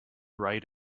write